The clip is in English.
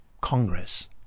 Congress